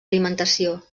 alimentació